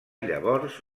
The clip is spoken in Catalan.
llavors